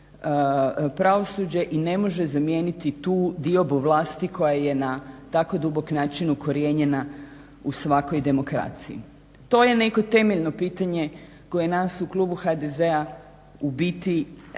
pravosuđe i ne može zamijeniti tu diobu vlasti koja je na tako dubok način ukorijenjena u svakoj demokraciji. To je neko temeljno pitanje koje nas u klubu HDZ-a u biti najviše